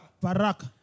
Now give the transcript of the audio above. Barak